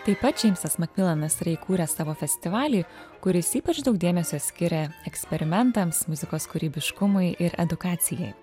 taip pat džeimsas makmilanas yra įkūręs savo festivalį kuris ypač daug dėmesio skiria eksperimentams muzikos kūrybiškumui ir edukacijai